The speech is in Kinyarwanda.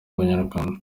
abanyarwanda